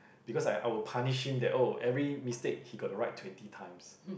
because I I will punish him that oh every mistake he got to write twenty times